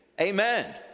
Amen